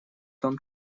том